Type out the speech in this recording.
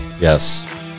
Yes